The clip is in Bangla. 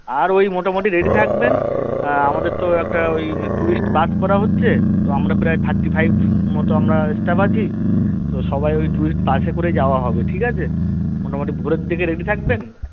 আর ওই মোটামুটি রেডি থাকবেন আমাদের তো একটা ওই ট্যুরিস্ট বাস করা হচ্ছে তো আমরা প্রায় থার্টি ফাইভ মতো আমরা স্টাফ আছি তো সবাই ওই ট্যুরিস্ট বাসে করেই যাওয়া হবে ঠিক আছে মোটামুটি ভোরের দিকে রেডি থাকবেন